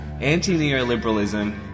anti-neoliberalism